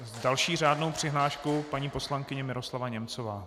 S další řádnou přihláškou paní poslankyně Miroslava Němcová.